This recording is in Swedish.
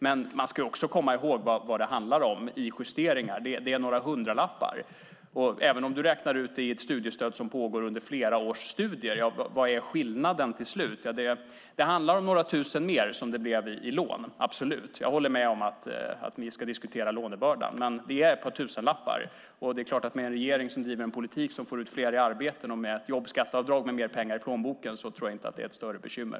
Men man ska också komma ihåg vad det i justeringar handlar om. Det handlar om några hundralappar. Även om du, Adnan Dibrani, räknar på ett studiestöd under flera års studier blir skillnaden till slut några tusen kronor mer i lån. Jag håller absolut med om att lånebördan ska diskuteras. Det handlar, som sagt, om ett par tusenlappar. Men med en regering som driver en politik som får ut fler i arbete, med ett jobbskatteavdrag och med mer pengar i plånboken tror jag inte att detta är något större bekymmer.